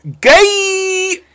Gay